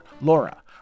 Laura